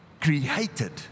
created